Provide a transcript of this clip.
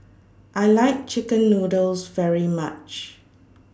I like Chicken Noodles very much